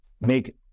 Make